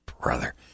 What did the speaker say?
Brother